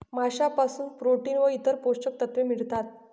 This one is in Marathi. माशांपासून प्रोटीन व इतर पोषक तत्वे मिळतात